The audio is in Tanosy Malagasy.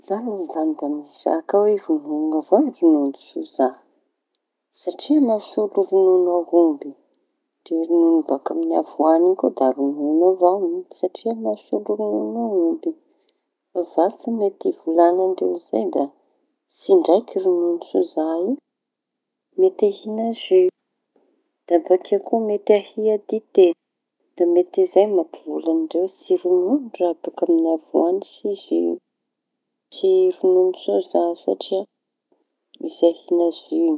Zaho aloa zañy da mizaka hoe roñono avao ny roñono soza. Satria mahasolo roñon'aomby izy ndre roñono baka amy avoañy iñy koa da roñono avao iñy satria mahasolo roñon'aomby. Vasa mety hivolaña ndreo zay da tsindraiky roñono soza i mety ahïa zy. Da bakeo mety ahia dite de mety zay mampivolaña andreo tsy roñona avoiñy sy zy sy soza satria izy ahia zy iñy.